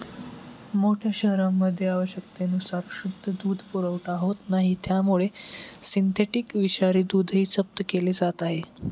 मोठ्या शहरांमध्ये आवश्यकतेनुसार शुद्ध दूध पुरवठा होत नाही त्यामुळे सिंथेटिक विषारी दूधही जप्त केले जात आहे